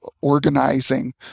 organizing